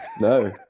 No